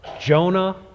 Jonah